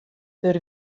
der